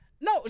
No